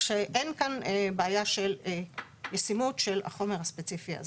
שאין כאן בעיה של ישימות של החומר הספציפי זה.